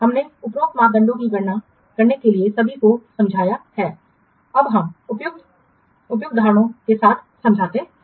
हमने उपरोक्त मापदंडों की गणना करने के लिए सभी को समझाया है अब हम उपर्युक्त उपयुक्त उदाहरणों के साथ समझाते हैं